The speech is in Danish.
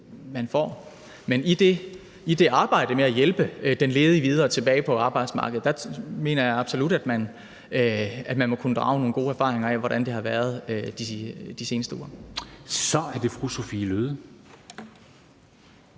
man får. Men i det arbejde med at hjælpe den ledige videre tilbage på arbejdsmarkedet mener jeg absolut, at man må kunne drage nogle gode erfaringer af, hvordan det har været de seneste uger. Kl. 10:19 Formanden